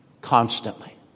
constantly